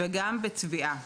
וגם בטביעה.